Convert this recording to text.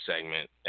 segment